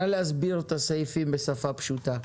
נא להסביר את הסעיפים בשפה פשוטה.